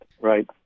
right